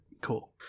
Cool